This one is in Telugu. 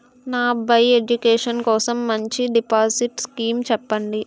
నా అబ్బాయి ఎడ్యుకేషన్ కోసం మంచి డిపాజిట్ స్కీం చెప్పండి